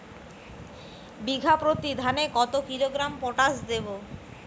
বিঘাপ্রতি ধানে কত কিলোগ্রাম পটাশ দেবো?